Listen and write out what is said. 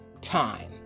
time